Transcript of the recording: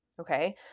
Okay